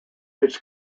its